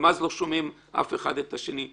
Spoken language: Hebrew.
גם אז לא שומעים אחד את השני.